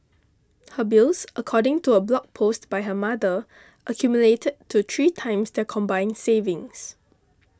her bills according to a blog post by her mother accumulated to three times their combined savings